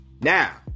Now